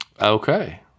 Okay